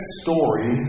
story